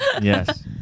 Yes